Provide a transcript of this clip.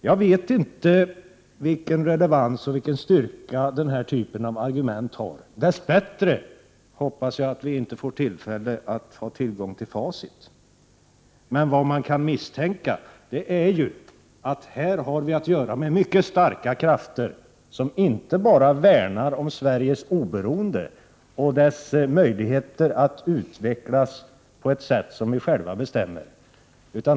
Jag vet inte vilken relevans och styrka den här typen av argument har, och jag hoppas att vi inte får tillfälle att ha tillgång till facit. Det man kan misstänka är att vi här har att göra med mycket starka krafter, som inte bara värnar om Sveriges oberoende och möjlighet att utvecklas på ett sätt som vi själva bestämmer.